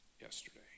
yesterday